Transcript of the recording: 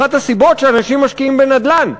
אחת הסיבות שאנשים משקיעים בנדל"ן,